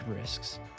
risks